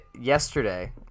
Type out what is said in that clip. yesterday